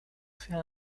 fait